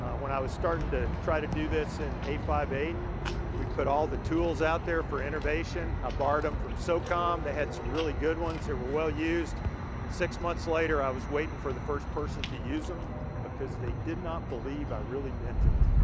when i was starting to try to do this in a five eight we put all the tools out there for innovation. i borrowed them from socom. they had some really good ones. they were well used and six months later i was waiting for the first person to use them because they did not believe i really meant it.